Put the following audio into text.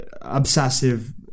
obsessive